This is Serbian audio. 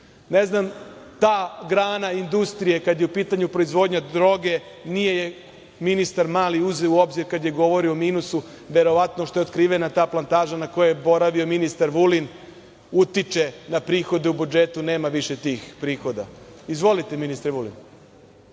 znam ta grana industrije kada je u pitanju proizvodnja droge, nije je ministar Mali uzeo u obzir kada je govorio o minusu, verovatno što je otkrivena ta plantaža na kojoj je boravio ministar Vulin utiče na prihode u budžetu, nema više tih prihoda. Izvolite ministre Vulin.